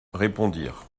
répondirent